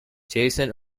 jason